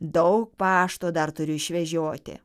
daug pašto dar turiu išvežioti